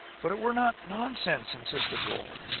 but it were not nonsense! insisted rolla.